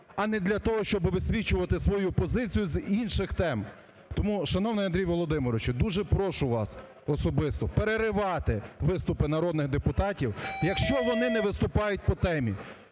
а не для того, щоб висвічувати свою позицію з інших тем. Тому, шановний Андрій Володимирович, дуже прошу вас, особисто переривати виступи народних депутатів, якщо вони не виступають по темі.